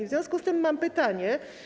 W związku z tym mam pytanie.